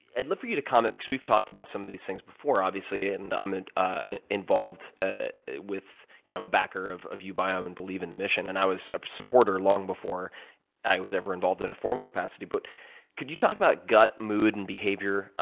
i'd love for you to comment because we've talked about some of these things before, obviously. ah and um and i'm involved ah with you know a backer of of ubiome and believe in the mission. and i was a supporter long before i was ever involved in a formal capacity. but could you talk about gut, mood, and behavior,